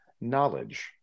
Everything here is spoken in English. knowledge